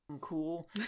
cool